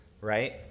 right